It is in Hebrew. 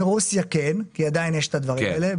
מרוסיה כן, כי עדיין יש את הדברים האלה.